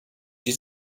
die